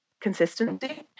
consistency